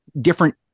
different